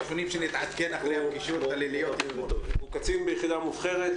הוא קצין ביחידה מובחרת,